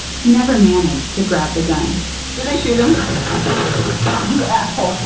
he never managed to grab the gun did they shoot him? i